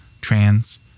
trans